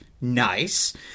nice